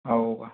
हो का